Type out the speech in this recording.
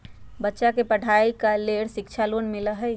बच्चा के पढ़ाई के लेर शिक्षा लोन मिलहई?